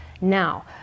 Now